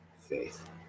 faith